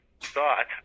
thought